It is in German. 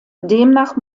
demnach